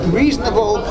reasonable